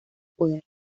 poder